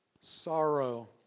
sorrow